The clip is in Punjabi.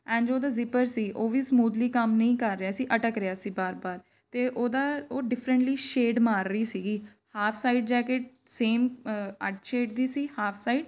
ਐਂਡ ਜੋ ਉਹਦਾ ਜ਼ਿਪਰ ਸੀ ਉਹ ਵੀ ਸਮੂਦਲੀ ਕੰਮ ਨਹੀਂ ਕਰ ਰਿਹਾ ਸੀ ਅਟਕ ਰਿਹਾ ਸੀ ਬਾਰ ਬਾਰ ਅਤੇ ਉਹਦਾ ਉਹ ਡਿਫਰੈਂਟਲੀ ਸ਼ੇਡ ਮਾਰ ਰਹੀ ਸੀਗੀ ਹਾਫ ਸਾਈਡ ਜੈਕਟ ਸੇਮ ਅੱਡ ਛੇਡ ਦੀ ਸੀ ਹਾਫ ਸਾਈਡ